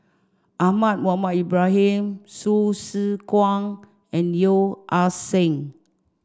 Ahmad Mohamed Ibrahim Hsu Tse Kwang and Yeo Ah Seng